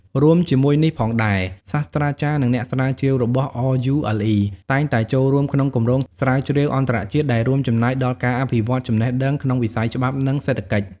រួមជាមួយនេះផងដែរ សាស្ត្រាចារ្យ និងអ្នកស្រាវជ្រាវរបស់ RULE តែងតែចូលរួមក្នុងគម្រោងស្រាវជ្រាវអន្តរជាតិ ដែលរួមចំណែកដល់ការអភិវឌ្ឍន៍ចំណេះដឹងក្នុងវិស័យច្បាប់ និងសេដ្ឋកិច្ច។